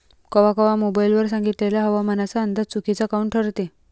कवा कवा मोबाईल वर सांगितलेला हवामानाचा अंदाज चुकीचा काऊन ठरते?